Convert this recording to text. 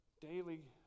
daily